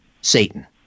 Satan